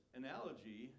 analogy